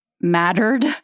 mattered